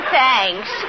thanks